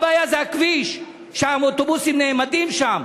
הבעיה זה הכביש: שאוטובוסים נעמדים שם,